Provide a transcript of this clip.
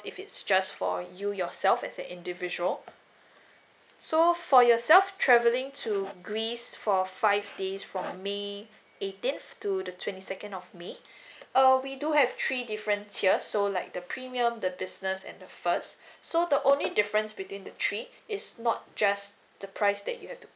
if it's just for you yourself as an individual so for yourself travelling to greece for five days from may eighteenth to the twenty second of may uh we do have three different tiers so like the premium the business and the first so the only difference between the three it's not just the price that you have to